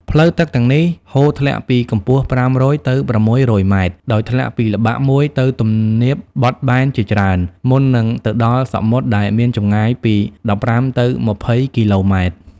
ផ្លូវទឹកទាំងនេះហូរធ្លាក់ពីកម្ពស់ ៥០០ ទៅ ៦០០ ម៉ែត្រ ដោយធ្លាក់ពីល្បាក់មួយទៅទំនាបបត់បែនជាច្រើន មុននឹងទៅដល់សមុទ្រដែលមានចម្ងាយពី ១៥ ទៅ ២០ គីឡូម៉ែត្រ។